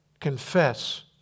confess